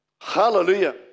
Hallelujah